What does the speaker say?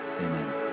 Amen